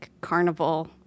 carnival